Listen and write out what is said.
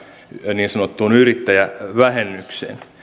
niin sanottuun yrittäjävähennykseen